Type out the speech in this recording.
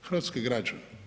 Hrvatski građani.